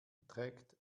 beträgt